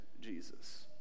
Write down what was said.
Jesus